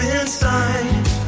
inside